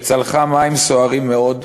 שצלחה מים סוערים מאוד,